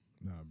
Nah